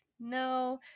no